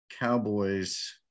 Cowboys